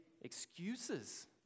excuses